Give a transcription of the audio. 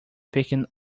speaking